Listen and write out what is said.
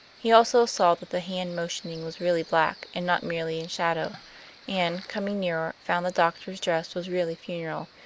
he also saw that the hand motioning was really black, and not merely in shadow and, coming nearer, found the doctor's dress was really funereal,